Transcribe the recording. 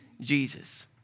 Jesus